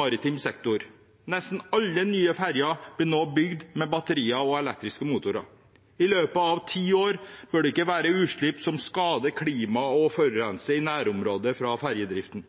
maritim sektor. Nesten alle nye ferger blir nå bygd med batterier og elektriske motorer. I løpet av ti år bør det ikke være utslipp som skader klimaet eller forurenser i nærområdet fra ferjedriften.